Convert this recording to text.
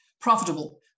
profitable